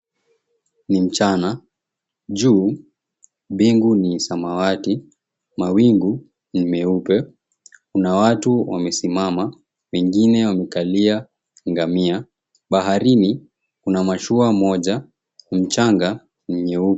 Ni mchana. Juu, mbingu ni samawati, mawingu ni meupe, Kuna watu wamesimama, wengine wamekalia ngamia. Baharini, kuna mashua moja. Mchanga ni nyeupe.